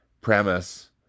premise